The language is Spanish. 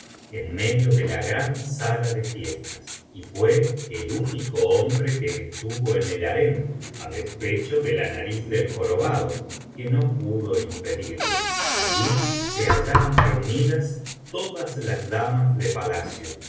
en medio de la gran sala de fiestas y fué el tínico hombre que estuvo en el harén a despecho de la nariz del jorobado que no pudo impedirlo allí se hallaban reunidas todas las damas de palacio las